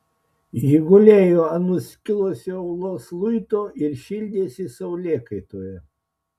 ji gulėjo ant nuskilusio uolos luito ir šildėsi saulėkaitoje